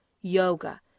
Yoga